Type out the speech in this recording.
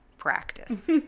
practice